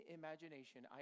imagination